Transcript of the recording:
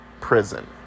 prison